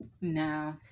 No